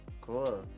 cool